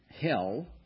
hell